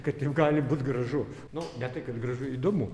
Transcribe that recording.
kad gali būt gražu nu ne tai kad gražu įdomu